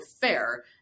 fair